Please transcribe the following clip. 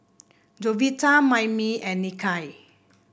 Jovita Mammie and Nikia